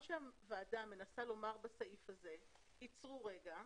מה שהוועדה מנסה לומר בסעיף הזה, עצרו רגע,